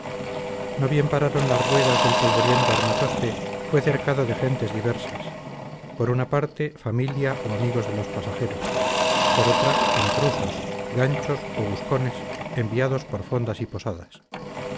no bien pararon las ruedas del polvoriento armatoste fue cercado de gentes diversas por una parte familia o amigos de los pasajeros por otra intrusos ganchos o buscones enviados por fondas y posadas